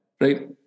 right